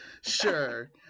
Sure